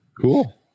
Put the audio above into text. Cool